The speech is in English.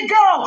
go